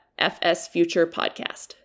fsfuturepodcast